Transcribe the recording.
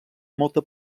molta